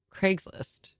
Craigslist